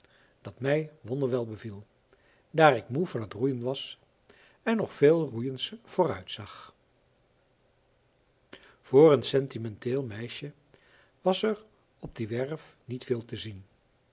dat mij wonder wel beviel daar ik moe van t roeien was en nog veel roeiens vooruitzag voor een sentimenteel meisje was er op die werf niet veel te zien